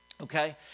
Okay